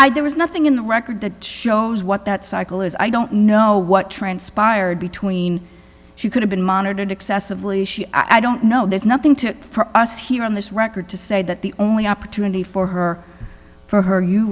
i'd there was nothing in the record that shows what that cycle is i don't know what transpired between she could have been monitored excessively i don't know there's nothing to us here on this record to say that the only opportunity for her for her you